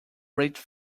rate